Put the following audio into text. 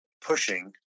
pushing